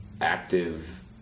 active